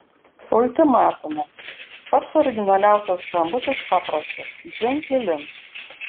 ultimatumu pats originaliausias skambutis paprastas dzin dzilin